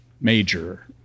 major